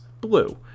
blue